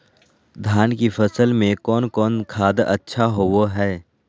धान की फ़सल में कौन कौन खाद अच्छा होबो हाय?